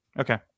Okay